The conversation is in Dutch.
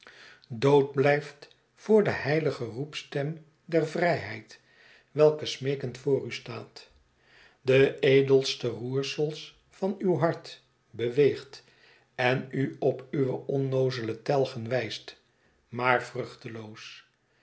dood blijft voor de heilige roepstem der vrijheid welke smeekend voor u staat de edelste roersels van uw hart beweegt en u op uwe onnoozele telgen wijst maar